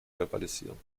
verbalisieren